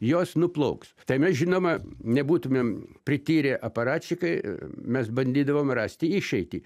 jos nuplauks tai mes žinoma nebūtumėm prityrę aparačikai mes bandydavom rasti išeitį